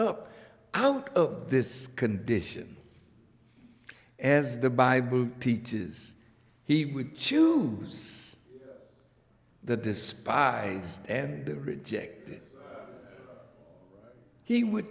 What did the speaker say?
up out of this condition as the bible teaches he would choose the despised and the rejected he would